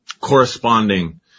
corresponding